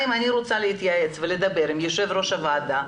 אני רוצה להתייעץ עם יושב-ראש הוועדה,